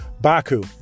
Baku